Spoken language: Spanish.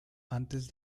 antes